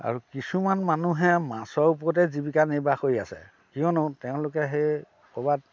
আৰু কিছুমান মানুহে মাছৰ ওপৰতে জীৱিকা নিৰ্বাহ কৰি আছে কিয়নো তেওঁলোকে সেই ক'ৰবাত